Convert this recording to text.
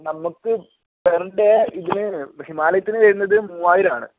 നമ്മക്ക് per day ഇതിന് ഹിമാലയത്തിന് വരുന്നത് മൂന്നായിരം ആണ്